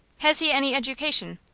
has he any education?